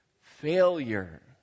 Failure